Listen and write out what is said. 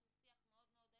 שהוא שיח מאוד מאוד אלים,